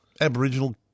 Aboriginal